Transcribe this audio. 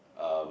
um